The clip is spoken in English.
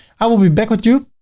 i will be back with you